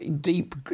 deep